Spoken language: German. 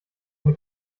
eine